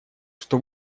что